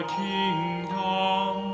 kingdom